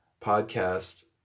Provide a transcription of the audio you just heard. podcast